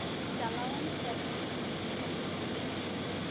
ᱪᱟᱞᱟᱣ ᱮᱱ ᱥᱮᱨᱢᱟ